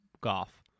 golf